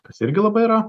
kas irgi labai yra